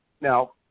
Now